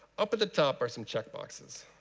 up at the top or some check boxes.